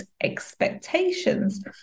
expectations